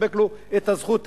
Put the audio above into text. לספק לו את הזכות הבסיסית.